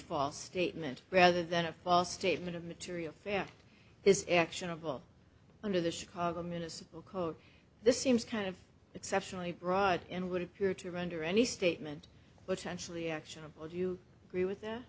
false statement rather than a false statement of material fact is actionable under the chicago municipal code this seems kind of exceptionally broad and would appear to render any statement which actually actionable do you agree with that